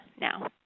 now